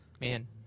Man